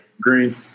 Green